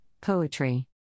poetry